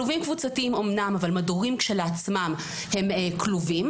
כלובים קבוצתיים אמנם אבל מדורים כשלעצמם הם כלובים,